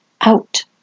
out